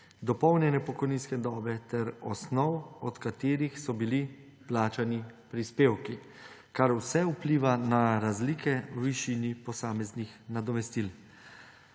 dopolnjene pokojninske dobe ter osnov, od katerih so bili plačani prispevki, kar vse vpliva na razlike v višini posameznih nadomestil.